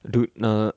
dude uh